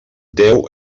deu